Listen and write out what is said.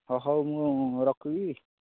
ହଁ ହଉ ମୁଁ ରଖୁଛି